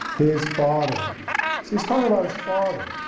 his father, so he's talking about his father,